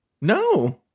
No